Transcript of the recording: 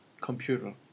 computer